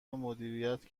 مدیریت